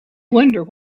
wonder